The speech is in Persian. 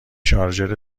شارژر